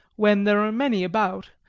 when there are many about,